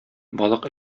балык